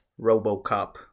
RoboCop